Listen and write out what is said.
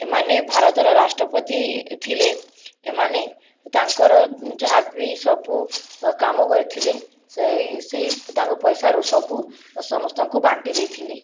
ଏମାନେ ଭାରତର ରାଷ୍ଟ୍ରପତି ଥିଲେ ଏମାନେ ତାଙ୍କର ଯାହାବି ସବୁ କାମ କରିଥିଲେ ସେହି ତାଙ୍କ ପଇସାରୁ ସବୁ ସମସ୍ତଙ୍କୁ ବାଣ୍ଟି ଦେଇଥିଲେ